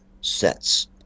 sets